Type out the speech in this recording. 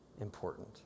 important